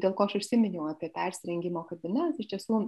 dėl ko aš užsiminiau apie persirengimo kabina iš tiesų